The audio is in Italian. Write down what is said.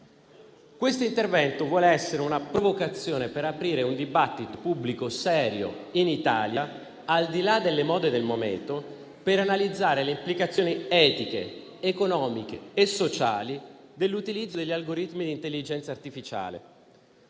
Questo intervento vuole essere una provocazione per aprire un dibattito pubblico serio in Italia, al di là delle mode del momento, per analizzare le implicazioni etiche, economiche e sociali dell'utilizzo degli algoritmi di intelligenza artificiale.